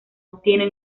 obtiene